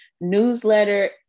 newsletter